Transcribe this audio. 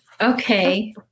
Okay